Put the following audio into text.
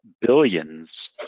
billions